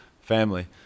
Family